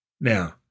Now